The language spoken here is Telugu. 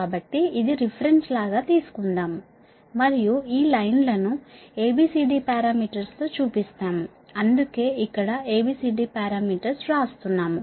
కాబట్టిఇది రిఫరెన్స్ లాగా తీసుకుందాము మరియు ఈ లైన్ ల ను A B C D parameters తో చూపిస్తాము అందుకే ఇక్కడ A B C D parameters వ్రాస్తున్నాము